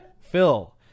Phil